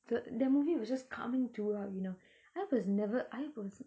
so that movie was just calming throughout you know I was never I was